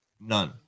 None